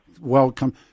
welcome